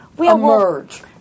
emerge